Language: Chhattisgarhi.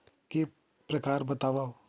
के प्रकार बतावव?